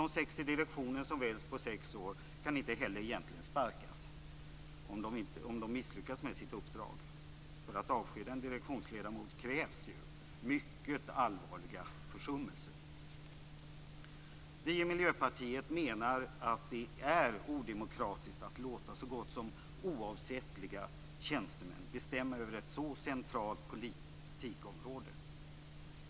De sex i direktionen, som väljs på sex år, kan egentligen inte sparkas om de misslyckas med sitt uppdrag. För att avskeda en direktionsledamot krävs ju mycket allvarliga försummelser. Vi i Miljöpartiet menar att det är odemokratiskt att låta så gott som oavsättliga tjänstemän bestämma över ett så centralt politikområde.